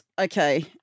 Okay